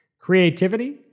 creativity